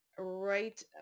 right